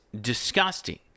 disgusting